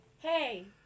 Hey